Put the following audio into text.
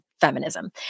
feminism